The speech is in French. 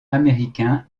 américain